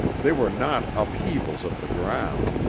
they were not upheavals of the ground,